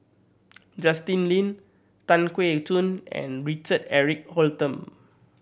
Justin Lean Tan Keong Choon and Richard Eric Holttum